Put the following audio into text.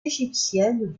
égyptienne